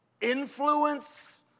influence